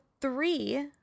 three